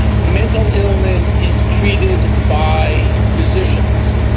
mental illness is treated by physicians.